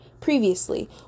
previously